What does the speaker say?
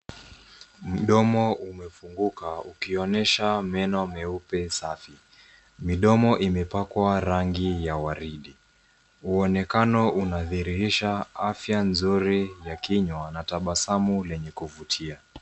Mdomo umefunguka ukionyesha meno meupe safi. Midomo imepakwa rangi ya waridi. Uonekano unadhihirisha afya nzuri ya kinywa na tabasamu lenye kuvutia.